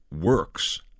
works